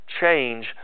change